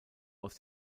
aus